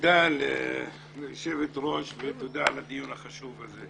תודה ליושבת-ראש ותודה על הדיון החשוב הזה.